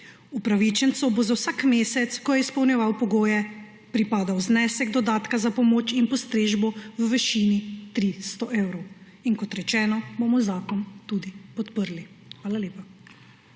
Upravičencu bo za vsak mesec, ko je izpolnjeval pogoje, pripadal znesek dodatka za pomoč in postrežbo v višini 300 evrov. Kot rečeno, bomo zakon podprli. Hvala lepa.